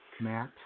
Matt